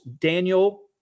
Daniel